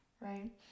right